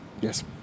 Yes